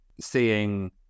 seeing